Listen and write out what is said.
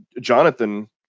Jonathan